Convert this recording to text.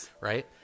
Right